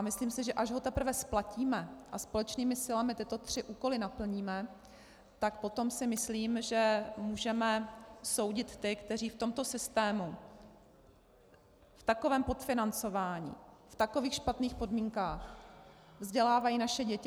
Myslím si, že až ho teprve splatíme a společnými silami tyto tři úkoly naplníme, tak potom můžeme soudit ty, kteří v tomto systému, v takovém podfinancování, v takových špatných podmínkách vzdělávají naše děti.